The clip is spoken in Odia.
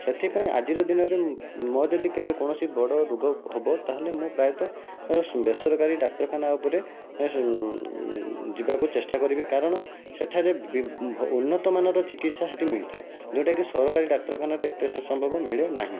ସେଥିପାଇଁ ଆଜିର ଦିନରେ ମୋ'ର ଯଦି କେବେ କୌଣସି ବଡ଼ ରୋଗ ହେବ ତାହେଲେ ମୁଁ ପ୍ରାୟତଃ ବେସରକାରୀ ଡାକ୍ତରଖାନା ଉପରେ ଯିବାକୁ ଚେଷ୍ଟା କରିବି କାରଣ ସେଠାରେ ଉନ୍ନତମାନର ଚିକିତ୍ସା ସେଠି ମିଳିଥାଏ ଯେଉଁଟାକି ସରକାରୀ ଡାକ୍ତରଖାନାରେ ଏତେ ସମ୍ଭବ ମିଳେ ନାହିଁ